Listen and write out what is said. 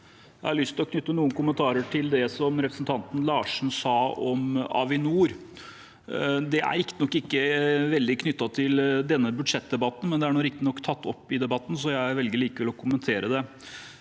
Jeg har lyst til å knytte noen kommentarer til det som representanten Larsen sa om Avinor. Det er riktignok ikke veldig knyttet til denne budsjettdebatten, men det er nå tatt opp i debatten, så jeg velger likevel å kommentere det.